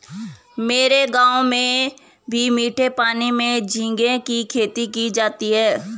मेरे गांव में भी मीठे पानी में झींगे की खेती की जाती है